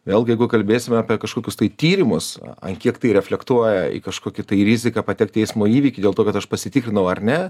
vėlgi jeigu kalbėsime apie kažkokius tai tyrimus ant kiek tai reflektuoja į kažkokį tai riziką patekt į eismo įvykį dėl to kad aš pasitikrinau ar ne